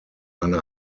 eine